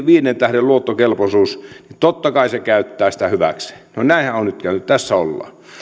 viiden tähden luottokelpoisuus niin totta kai se käyttää sitä hyväkseen no näinhän on nyt käynyt tässä ollaan